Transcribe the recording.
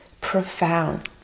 profound